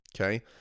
okay